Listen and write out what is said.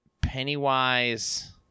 Pennywise